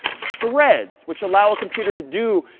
threads, which allow a computer to do,